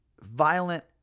violent